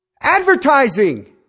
Advertising